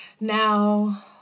now